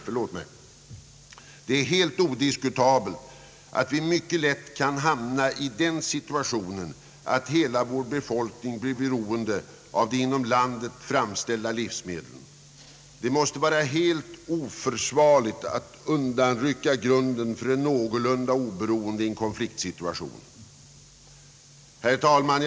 Det är helt odiskutabelt att vi mycket lätt kan hamna i den situationen, att hela vår befolkning blir beroende av de inom landet framställda livsmedlen. Det måste vara helt oförsvarligt att undanrycka grunden för att stå någorlunda oberoende i en konfliktsituation. Herr talman!